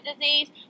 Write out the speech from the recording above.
disease